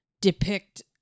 depict